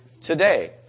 today